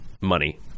Money